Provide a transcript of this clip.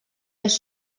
més